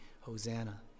Hosanna